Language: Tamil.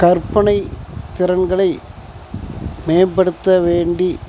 கற்பனை திறன்களை மேம்படுத்த வேண்டி